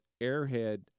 airhead